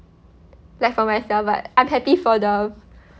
like for myself but I'm happy for them